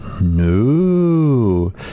No